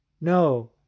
no